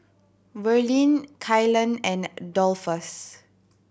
Verlene Kylan and Dolphus